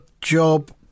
job